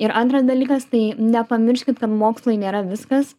ir antras dalykas tai nepamirškit kad mokslai nėra viskas